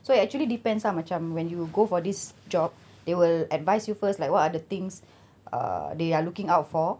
so you actually depends ah macam when you go for this job they will advise you first like what are the things err they are looking out for